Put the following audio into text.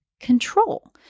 control